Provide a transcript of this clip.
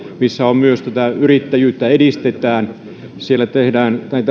missä myös yrittäjyyttä edistetään siellä tehdään